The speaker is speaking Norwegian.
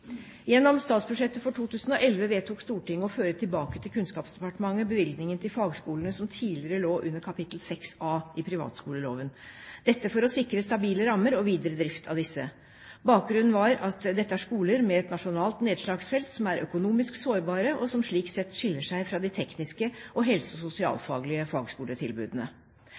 Gjennom statsbudsjettet for 2011 vedtok Stortinget å føre tilbake til Kunnskapsdepartementet bevilgningen til fagskolene som tidligere lå under kapittel 6A i privatskoleloven, dette for å sikre stabile rammer og videre drift av disse. Bakgrunnen var at dette er skoler med et nasjonalt nedslagsfelt, som er økonomisk sårbare, og som slik sett skiller seg fra de tekniske og helse- og sosialfaglige fagskoletilbudene.